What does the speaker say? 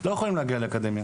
לא יכולים להגיע לאקדמיה,